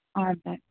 हजुर